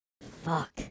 Fuck